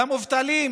למובטלים,